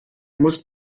musst